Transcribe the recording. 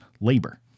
labor